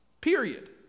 Period